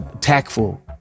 tactful